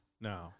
No